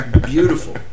Beautiful